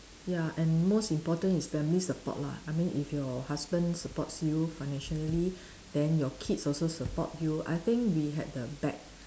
ya and most important is family support lah I mean if your husband supports you financially then your kids also support you I think we had the back